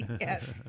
Yes